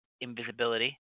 invisibility